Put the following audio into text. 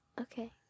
Okay